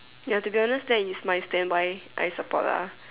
ya to be honest that is my stand why I support lah